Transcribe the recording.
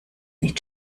nicht